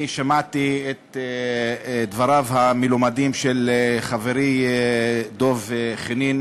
שמעתי את דבריו המלומדים של חברי דב חנין